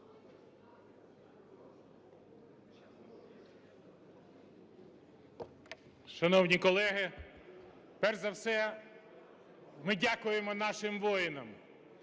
Шановні колеги, перш за все ми дякуємо нашим воїнам